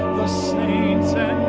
saints'